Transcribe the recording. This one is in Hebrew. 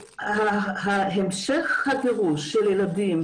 המשך הגירוש של ילדים,